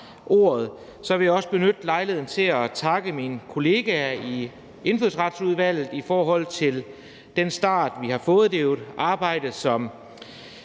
når jeg har ordet, benytte lejligheden til at takke mine kollegaer i Indfødsretsudvalget for den start, vi har fået. Det er jo